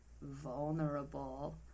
vulnerable